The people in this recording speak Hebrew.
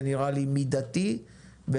זה נראה לי מידתי וסביר,